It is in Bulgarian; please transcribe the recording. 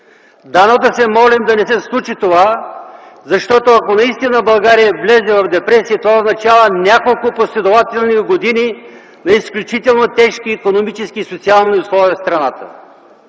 Да се молим да не се случи това, защото ако наистина България влезе в депресия, това означава няколко последователни години на изключително тежки икономически и социални условия в страната.